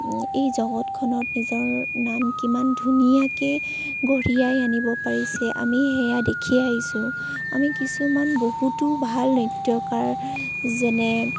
এই জগতখনত নিজৰ নাম কিমান ধুনীয়াকৈ কঢ়িয়াই আনিব পাৰিছে আমি সেয়া দেখিয়েই আহিছোঁ আমি কিছুমান বহুতো ভাল নৃত্যকাৰ যেনে